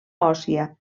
òssia